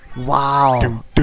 Wow